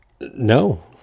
No